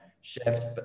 shift